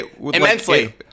Immensely